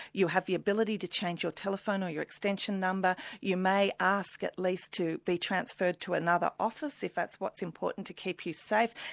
you have the ability to change your telephone or your extension number. you may ask, at least, to be transferred to another office, if that's what's important to keep you safe.